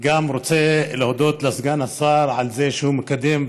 אני רוצה להודות גם לסגן השר על זה שהוא מקדם,